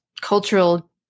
cultural